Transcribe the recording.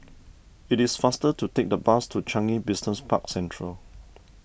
it is faster to take the bus to Changi Business Park Central